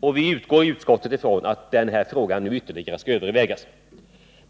och utskottet utgår ifrån att den frågan ytterligare skall övervägas.